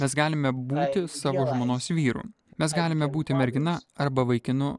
mes galime būti savo žmonos vyru mes galime būti mergina arba vaikinu